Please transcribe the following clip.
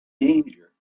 danger